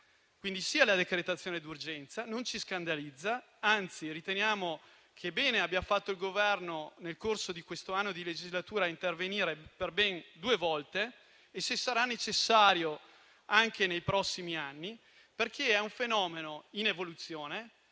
Quindi sì alla decretazione d'urgenza, che non ci scandalizza; anzi riteniamo che bene abbia fatto il Governo nel corso di questo anno di legislatura a intervenire per ben due volte e, se sarà necessario, anche nei prossimi anni, perché è un fenomeno in evoluzione